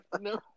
No